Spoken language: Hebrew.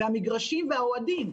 המגרשים והאוהדים.